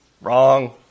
Wrong